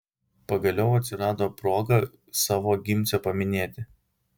pagaliau atsirado proga savo gimcę paminėti